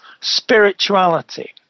Spirituality